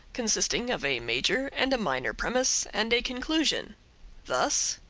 consisting of a major and a minor premise and a conclusion thus